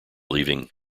leaving